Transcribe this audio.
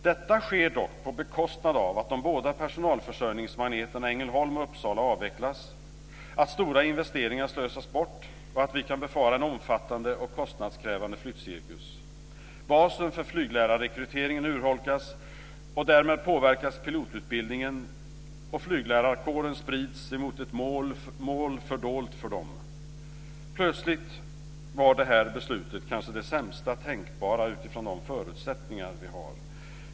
Detta sker dock på bekostnad av att de båda personalförsörjningsmagneterna i Ängelholm och Uppsala avvecklas, att stora investeringar slösas bort och att vi kan befara en omfattande och kostnadskrävande flyttcirkus. Basen för flyglärarrekryteringen urholkas, och därmed påverkas pilotutbildningen och flyglärarkåren sprids emot ett mål fördolt för den. Plötsligt var beslutet kanske det sämsta tänkbara utifrån de förutsättningar som vi har.